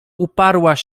uparłaś